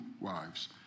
wives